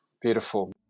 beautiful